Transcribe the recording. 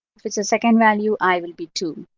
if it's the second value, i will be two.